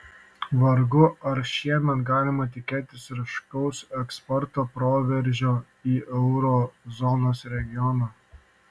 vargu ar šiemet galima tikėtis ryškaus eksporto proveržio į euro zonos regioną